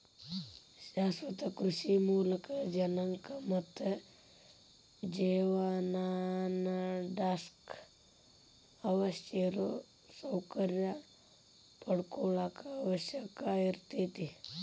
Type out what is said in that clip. ಶಾಶ್ವತ ಕೃಷಿ ಮೂಲಕ ಜನಕ್ಕ ತಮ್ಮ ಜೇವನಾನಡ್ಸಾಕ ಅವಶ್ಯಿರೋ ಸೌಕರ್ಯ ಪಡ್ಕೊಳಾಕ ಅವಕಾಶ ಇರ್ತೇತಿ